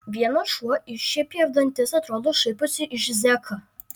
vienas šuo iššiepė dantis atrodo šaiposi iš zeką